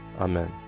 Amen